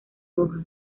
hojas